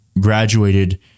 graduated